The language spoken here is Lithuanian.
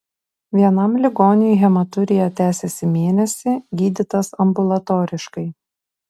vienam ligoniui hematurija tęsėsi mėnesį gydytas ambulatoriškai